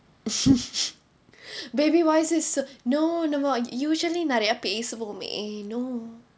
baby why is it so no நம்ம:namma usually பேசுவோமே:pesuvome no